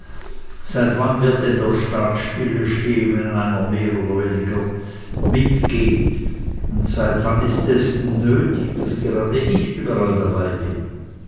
seit wann wird denn der staat stillestehn wenn einer mehr oder weniger mitgeht und seit wann ist es denn nötig daß ich gerade überall dabei bin